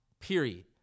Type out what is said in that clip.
period